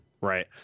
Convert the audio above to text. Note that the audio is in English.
right